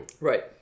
right